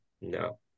No